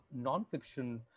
nonfiction